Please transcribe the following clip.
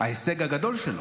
ההישג הגדול שלו?